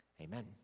Amen